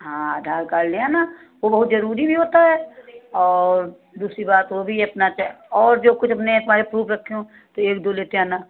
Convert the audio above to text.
हाँ आधार कार्ड ले आना वह बहुत ज़रूरी भी होता है और दूसरी बात वह भी अपना और जो कुछ अपने तुम्हारे प्रूफ रखे हो एक दो लेते आना